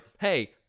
hey